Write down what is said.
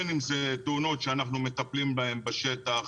בין אם אלו תאונות שאנחנו מטפלים בהן בשטח